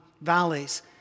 valleys